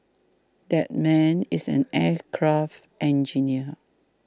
that man is an aircraft engineer